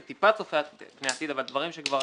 זה טיפה צופה פני עתיד אבל דברים שכבר